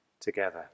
together